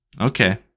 Okay